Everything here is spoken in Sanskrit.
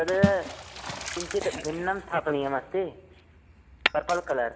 तद् किञ्चित् भिन्नं स्थापनीयमस्ति पर्पल् कलर्